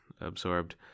absorbed